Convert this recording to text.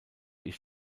ich